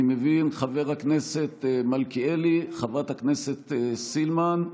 אני מבין, חבר הכנסת מלכיאלי, חברת הכנסת סילמן,